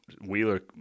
Wheeler